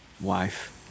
wife